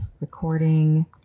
recording